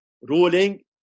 ruling